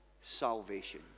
salvation